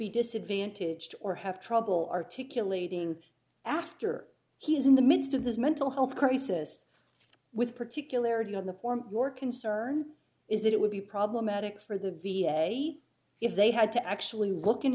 be disadvantaged or have trouble articulating after he is in the midst of this mental health crisis with particularly on the form your concern is that it would be problematic for the v a if they had to actually look in